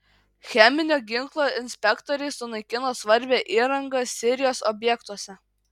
cheminio ginklo inspektoriai sunaikino svarbią įrangą sirijos objektuose